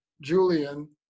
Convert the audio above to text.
Julian